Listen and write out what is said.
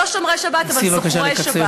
אנחנו לא שומרי שבת אלא זוכרי שבת,